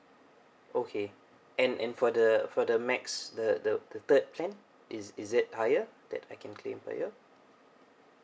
okay and and for the for the max the the the third plan is is it higher that I can claim per year